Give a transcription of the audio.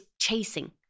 chasing